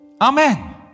Amen